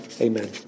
Amen